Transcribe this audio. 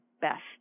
best